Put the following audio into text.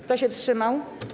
Kto się wstrzymał?